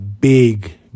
big